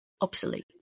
obsolete